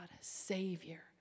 Savior